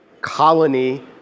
colony